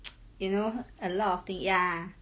you know a lot of pe~ ya